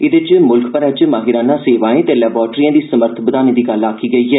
एहदे च मुल्ख भरै च माहिाना सेवाएं ते लैबाटरिएं दी समर्थ बधाने दी गल्ल आखी गेई ऐ